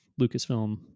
Lucasfilm